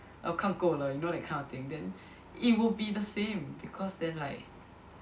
err 我看够了 know that kind of thing then it will be the same because then like